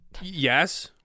yes